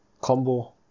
combo